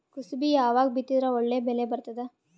ಕುಸಬಿ ಯಾವಾಗ ಬಿತ್ತಿದರ ಒಳ್ಳೆ ಬೆಲೆ ಬರತದ?